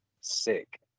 sick